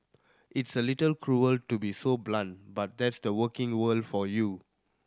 it's a little cruel to be so blunt but that's the working world for you